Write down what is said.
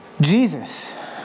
Jesus